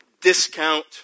discount